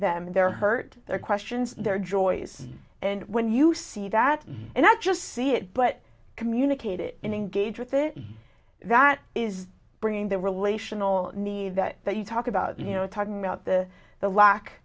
in their hurt their questions their joys and when you see that and not just see it but communicate it and engage with it that is bringing the relational need that that you talk about you know talking about the the lack